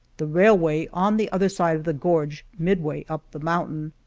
the railway on the other side of the gorge midway up the mountain,